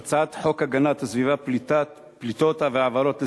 חוק הגנת הסביבה (פליטות והעברות לסביבה,